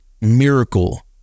miracle